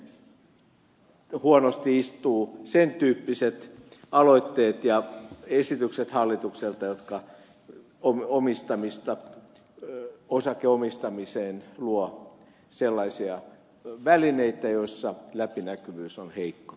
siihen sitten huonosti istuvat sen tyyppiset aloitteet ja esitykset hallitukselta jotka osakeomistamiseen luovat sellaisia välineitä joissa läpinäkyvyys on heikko